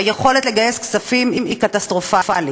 היכולת לגייס כספים היא קטסטרופלית,